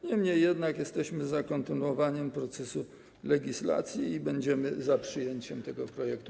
Niemniej jednak jesteśmy za kontynuowaniem procesu legislacji i będziemy za przyjęciem tego projektu.